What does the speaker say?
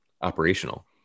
operational